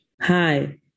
Hi